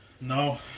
No